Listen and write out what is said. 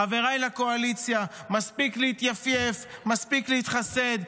חבריי לקואליציה, מספיק להתייפייף, מספיק להתחסד.